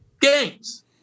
games